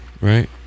right